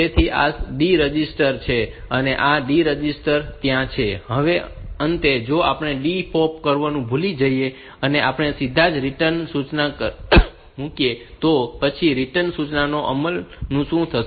તેથી આ તમારું D રજીસ્ટર છે અને આ D રજીસ્ટર ત્યાં છે હવે અંતે જો આપણે D POP કરવાનું ભૂલી જઈએ અને આપણે સીધા જ રીટર્ન સૂચના ને અહીં મૂકીએ તો પછી રીટર્ન સૂચનાના અમલમાં શું થશે